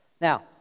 Now